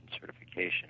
Certification